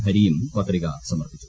ഹരിയും പത്രിക സമർപ്പിച്ചു